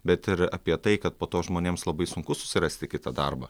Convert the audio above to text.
bet ir apie tai kad po to žmonėms labai sunku susirasti kitą darbą